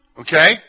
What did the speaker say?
Okay